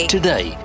Today